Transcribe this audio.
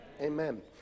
Amen